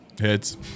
Heads